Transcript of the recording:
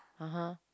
(uh huh)